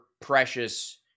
precious